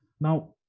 now